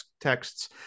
texts